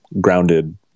grounded